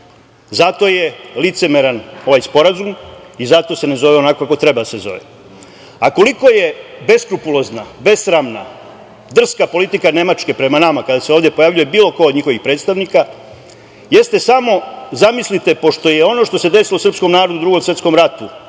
Zato je licemeran ovaj sporazum i zato se ne zove onako kako treba da se zove. Koliko je beskrupulozna, besramna, drska politika Nemačke prema nama kada se ovde pojavljuje bilo ko od njihovih predstavnika, samo zamislite, pošto je ono što se desilo srpskom narodu u Drugom svetskom ratu